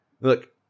Look